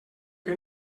que